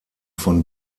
von